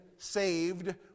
Saved